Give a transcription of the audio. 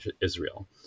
Israel